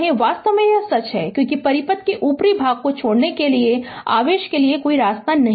वास्तव में यह सच है क्योंकि परिपथ के ऊपरी भाग को छोड़ने के लिए आवेश के लिए कोई रास्ता नहीं है